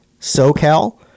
SoCal